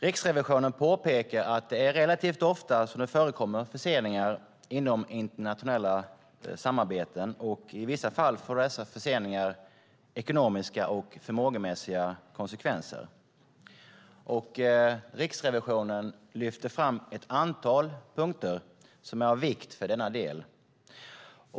Riksrevisionen påpekar att det relativt ofta förekommer förseningar inom internationella samarbeten. I vissa fall får dessa förseningar ekonomiska och förmågemässiga konsekvenser. Riksrevisionen lyfter fram ett antal punkter som är av vikt för denna del.